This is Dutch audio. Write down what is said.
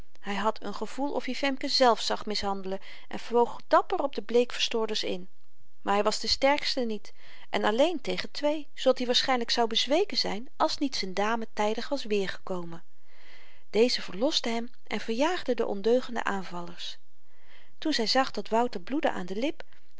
hy had n gevoel of-i femke zelf zag mishandelen en vloog dapper op de bleekverstoorders in maar hy was de sterkste niet en alleen tegen twee zoodat i waarschynlyk zou bezweken zyn als niet z'n dame tydig was weêrgekomen deze verloste hem en verjaagde de ondeugende aanvallers toen zy zag dat wouter bloedde aan de lip